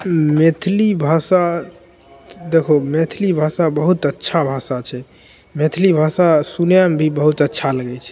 मैथिली भाषा देखहो मैथिली भाषा बहुत अच्छा भाषा छै मैथिली भाषा सुनैमे भी बहुत अच्छा लगै छै